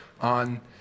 on